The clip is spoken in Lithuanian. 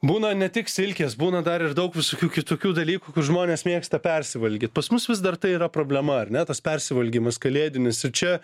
būna ne tik silkės būna dar ir daug visokių kitokių dalykų kur žmonės mėgsta persivalgyt pas mus vis dar tai yra problema ar ne tas persivalgymas kalėdinis ir čia